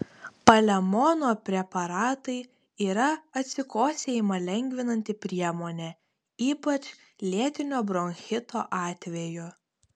palemono preparatai yra atsikosėjimą lengvinanti priemonė ypač lėtinio bronchito atveju